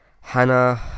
Hannah